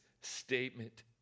statement